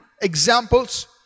examples